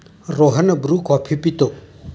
Rohan Bru coffee पितो